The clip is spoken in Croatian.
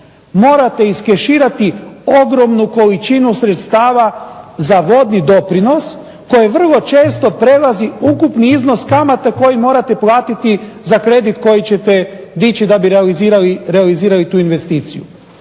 morate iskeširati ogromnu količinu sredstava za vodni doprinos koje vrlo često prelazi ukupni iznos kamate koji morate platiti za kredit koji ćete dići da bi realizirali tu investiciju.